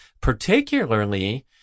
particularly